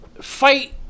fight